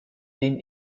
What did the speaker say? den